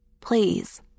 Please